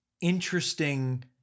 interesting